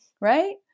Right